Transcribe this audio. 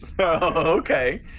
okay